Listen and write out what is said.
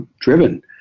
driven